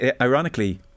ironically